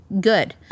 good